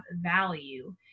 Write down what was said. value